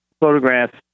photographs